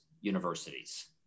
universities